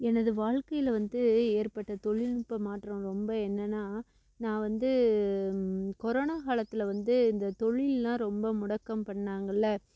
எனது வாழ்க்கையில் வந்து ஏற்பட்ட தொழில்நுட்ப மாற்றம் ரொம்ப என்னென்னா நான் வந்து கொரோனா காலத்தில் வந்து இந்த தொழிலெலாம் ரொம்ப முடக்கம் பண்ணாங்கள்லே